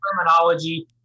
terminology